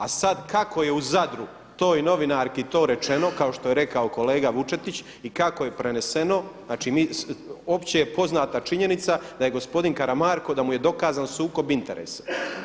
A sada kako je u Zadru toj novinarki to rečeno kao što je rekao kolega Vučetić i kako je preneseno, znači opće je poznata činjenica da je gospodin Karamarko da mu je dokazan sukob interesa.